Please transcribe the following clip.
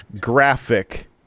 graphic